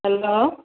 hello